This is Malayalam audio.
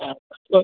ആ അപ്പോൾ